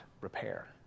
repair